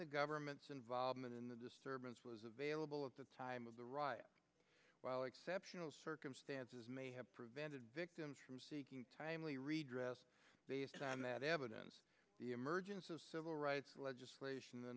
the government's involvement in the disturbance was available at the time of the riot while exceptional circumstances may have prevented victims timely redress based on that evidence the emergence of civil rights legislation